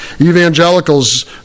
evangelicals